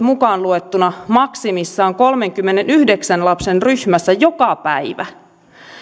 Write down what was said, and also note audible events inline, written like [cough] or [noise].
[unintelligible] mukaan luettuna maksimissaan kolmenkymmenenyhdeksän lapsen ryhmässä joka päivä